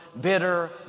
bitter